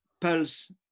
pulse